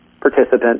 participant